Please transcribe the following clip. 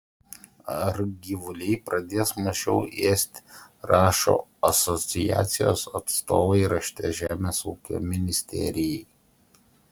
ar gyvuliai pradės mažiau ėsti rašo asociacijos atstovai rašte žemės ūkio ministerijai